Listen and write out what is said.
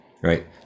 right